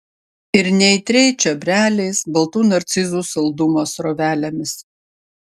ir neaitriai čiobreliais baltų narcizų saldumo srovelėmis